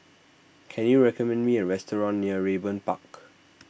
can you recommend me a restaurant near Raeburn Park